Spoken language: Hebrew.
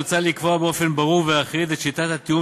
מוצע לקבוע באופן ברור ואחיד את שיטת התיאום